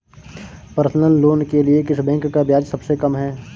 Personal loan के लिए किस बैंक का ब्याज सबसे कम है?